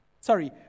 Sorry